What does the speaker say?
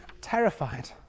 terrified